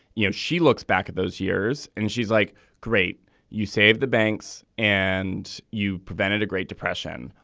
you know she looks back at those years and she's like great you saved the banks and you prevented a great depression.